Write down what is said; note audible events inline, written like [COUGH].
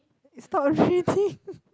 it stop reading [LAUGHS]